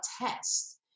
test